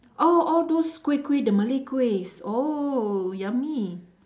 oh all those kuih kuih the Malay kuihs oh yummy